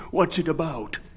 what's it about?